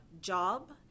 job